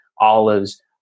olives